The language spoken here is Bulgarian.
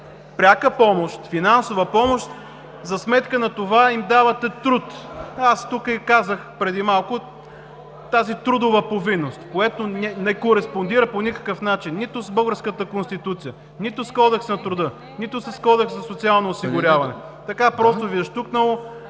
пряка финансова помощ – за сметка на това им давате труд. Преди малко казах – тази трудова повинност, която не кореспондира по никакъв начин нито с българската Конституция, нито с Кодекса на труда, нито с Кодекса за социално осигуряване. Така просто Ви е щукнало